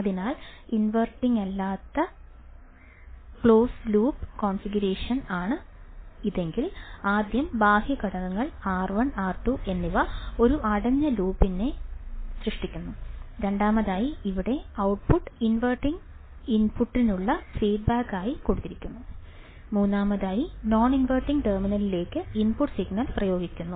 അതിനാൽ ഇൻവർട്ടിംഗല്ലാത്ത close loop configuration ആണ് ഇതെങ്കിൽ ആദ്യം ബാഹ്യ ഘടകങ്ങൾ R1 R2 എന്നിവ ഒരു അടഞ്ഞ ലൂപ്പിനെ സൃഷ്ടിക്കുന്നു രണ്ടാമതായി ഇവിടെ ഔട്ട്പുട്ട് ഇൻവർട്ടിംഗ് ഇൻപുട്ടിനുള്ള ഫീഡ്ബാക്ക് ആയി കൊടുത്തിരിക്കുന്നു മൂന്നാമതായി നോൺ ഇൻവർട്ടിംഗ് ടെർമിനലിലേക്ക് ഇൻപുട്ട് സിഗ്നൽ പ്രയോഗിക്കുന്നു